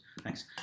Thanks